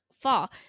fall